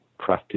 crafted